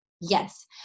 Yes